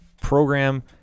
program